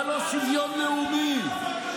אבל לא שוויון לאומי.